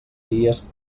dies